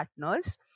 partners